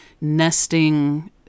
nesting